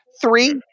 three